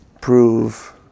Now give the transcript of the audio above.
prove